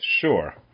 sure